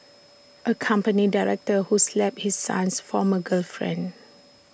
A company director who slapped his son's former girlfriend